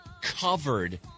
covered